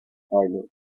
pilot